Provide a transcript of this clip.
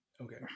Okay